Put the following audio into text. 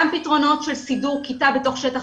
גם פתרונות של סידור כיתה בתוך שטח